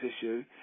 issue